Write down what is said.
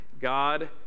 God